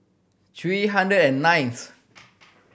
three hundred and ninth